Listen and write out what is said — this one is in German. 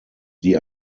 die